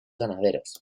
ganaderos